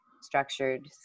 structured